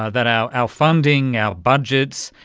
ah that our our funding, our budgets,